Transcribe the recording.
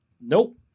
Nope